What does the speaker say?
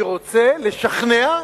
אני רוצה לשכנע,